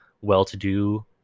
well-to-do